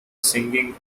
singing